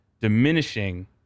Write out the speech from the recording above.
diminishing